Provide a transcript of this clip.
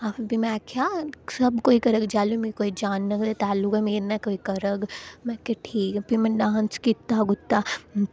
आखगे में आखेआ सब कोई करग जैलूं मिगी कोई जानग तैलूं गै मेरे नै कोई करग प्ही ठीक प्ही में डांस कीता